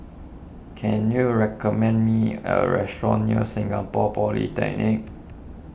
can you recommend me a restaurant near Singapore Polytechnic